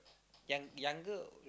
young younger or